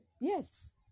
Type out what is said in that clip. yes